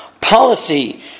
policy